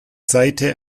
seite